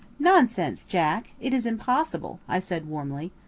nonsense, jack! it is impossible! i said warmly.